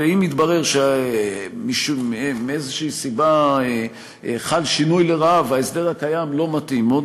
ואם יתברר שמאיזושהי סיבה חל שינוי לרעה וההסדר הקיים לא מתאים עוד,